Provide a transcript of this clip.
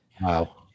Wow